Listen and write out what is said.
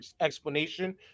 explanation